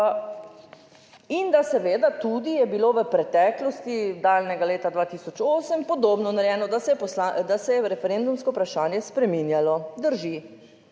in da seveda tudi je bilo v preteklosti, daljnega leta 2008 podobno narejeno, da se je referendumsko vprašanje spreminjalo, drži,